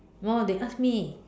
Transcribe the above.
while they ask me